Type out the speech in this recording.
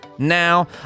now